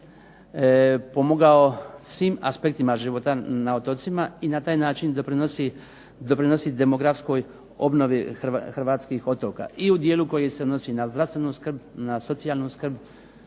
pomogao svim aspektima života na otocima i na taj način doprinosi demografskoj obnovi hrvatskih otoka i u dijelu koji se odnosi na zdravstvenu skrb, na socijalnu skrb,